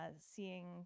seeing